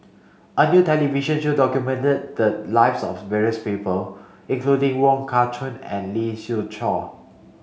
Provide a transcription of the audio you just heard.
a new television show documented the lives of various people including Wong Kah Chun and Lee Siew Choh